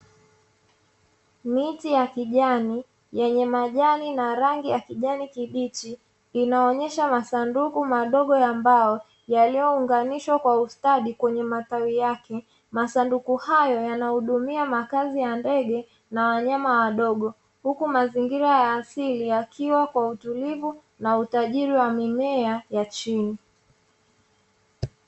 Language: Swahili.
Miti ya kijani yenye majani na rangi ya kijani kibichi, inayoonyesha masanduku madogo ya mbao yaliyounganishwa kwa ustadi kwenye matawi yake, masanduku hayo yanahudumia makazi ya ndege na wanyama wadogo, huku mazingira ya asili yakiwa kwa utulivu na utajiri wa mimea ya chini.